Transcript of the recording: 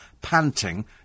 panting